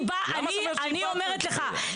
אני אומרת לך,